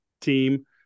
team